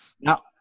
Now